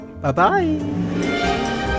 Bye-bye